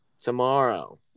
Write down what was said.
tomorrow